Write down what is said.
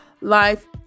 life